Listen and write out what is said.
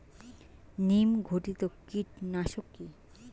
নিম ঘটিত কীটনাশক কি?